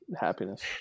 happiness